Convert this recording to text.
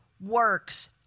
works